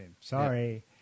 Sorry